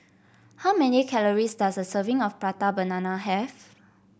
how many calories does a serving of Prata Banana have